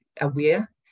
aware